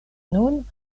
nun